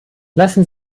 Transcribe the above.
lassen